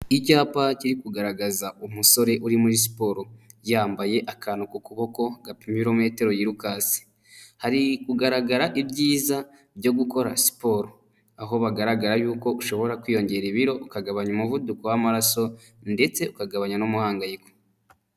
Icyapa kiri kugaragaza umusore uri muri siporo, yambaye akantu ku kuboko, gapima ibirometero yirukanse. Hari kugaragara ibyiza byo gukora siporo. Aho bigaragara y'uko ushobora kwiyongera ibiro, ukagabanya umuvuduko w'amaraso ndetse ukagabanya n'umuhangayiko.